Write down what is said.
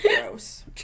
Gross